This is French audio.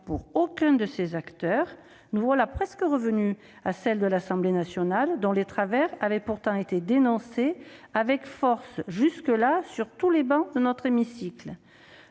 pour aucun de ces acteurs. Nous voilà presque revenus à la rédaction de l'Assemblée nationale, dont les travers avaient pourtant été dénoncés avec force sur toutes les travées de notre hémicycle